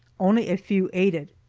only a few ate it.